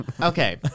Okay